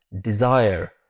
Desire